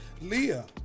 Leah